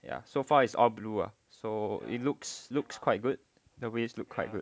ya so far is all blue lah so it looks looks quite good the waves look quite good